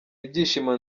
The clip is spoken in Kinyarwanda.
ibyishimo